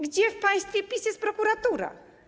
Gdzie w państwie PiS jest prokuratura?